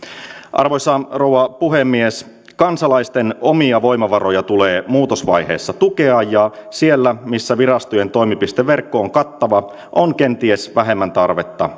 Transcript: arvoisa rouva puhemies kansalaisten omia voimavaroja tulee muutosvaiheessa tukea ja siellä missä virastojen toimipisteverkko on kattava on kenties vähemmän tarvetta